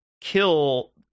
kill